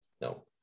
No